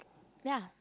ya